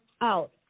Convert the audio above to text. out